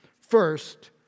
First